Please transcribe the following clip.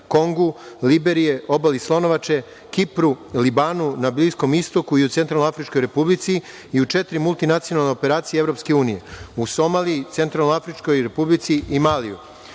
Kongu, Liberiji, Obali Slonovače, Kipru, Libanu, na Bliskom Istoku kao i u Centralnoafričkoj Republici i u četiri multinacionalne operacije EU – Somaliji, Centralnoafričkoj Republici i Maliju. Pored